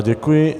Děkuji.